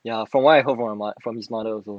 ya from what I have hope my from his mother also